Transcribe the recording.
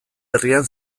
herrian